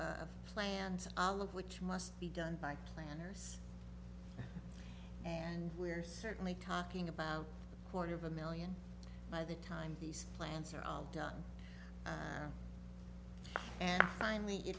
of plans all look which must be done by planners and we're certainly talking about quarter of a million by the time these plants are all done and finally it